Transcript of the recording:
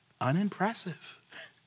unimpressive